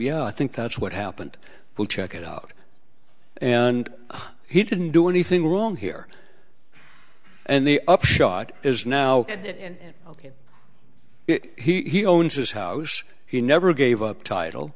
yeah i think that's what happened we'll check it out and he didn't do anything wrong here and the upshot is now that he owns his house he never gave up title